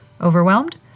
Overwhelmed